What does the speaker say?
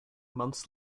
months